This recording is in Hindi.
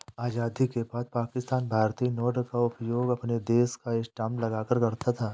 आजादी के बाद पाकिस्तान भारतीय नोट का उपयोग अपने देश का स्टांप लगाकर करता था